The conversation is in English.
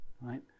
right